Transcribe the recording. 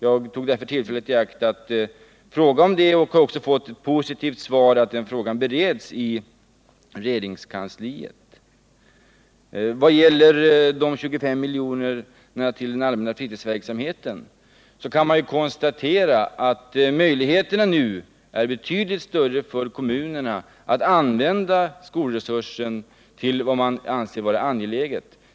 Jag tog därför tillfället i akt att fråga om det och har också fått ett positivt svar, att frågan bereds i regeringskansliet. Vad gäller de 25 miljonerna till den allmänna fritidsverksamheten kan man konstatera att möjligheterna nu är betydligt större för kommunerna att använda skolresursen till vad man anser vara angeläget.